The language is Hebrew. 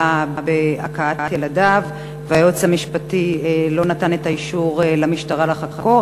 בהכאת ילדיו והיועץ המשפטי לא נתן את האישור למשטרה לחקור,